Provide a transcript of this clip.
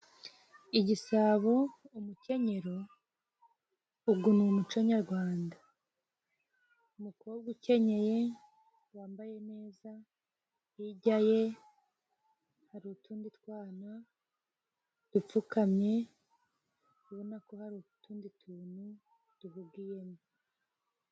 Igisabo, umukenyero, ugu niumuco nyagwanda. Umukobwa ukenyeye, wambaye neza, hijya ye hari utundi twana dupfukamye ubona ko hari utundi tuntu duhugiyemo.